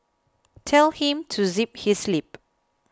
tell him to zip his lip